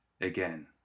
again